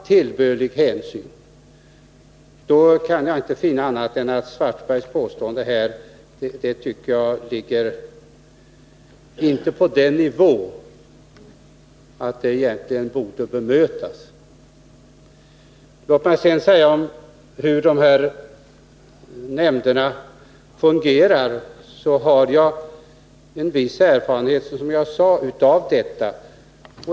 Jag kan inte finna annat än att herr Svartbergs påstående ligger på en sådan nivå att det egentligen inte borde bemötas. När det sedan gäller hur de här nämnderna fungerar har jag, som jag sade, en viss erfarenhet av detta.